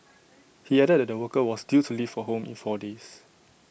he added that the worker was due to leave for home in four days